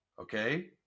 okay